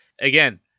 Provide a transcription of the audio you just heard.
Again